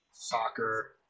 Soccer